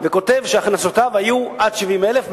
וכותב שהכנסותיו היו עד 70,000 שקל,